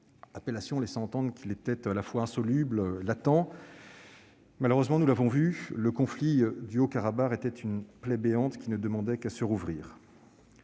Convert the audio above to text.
appellation laissant entendre qu'il était à la fois insoluble et latent. Malheureusement, nous l'avons vu, le conflit du Haut-Karabagh était une plaie béante qui ne demandait qu'à se rouvrir.